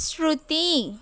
శృతి